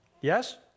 Yes